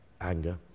anger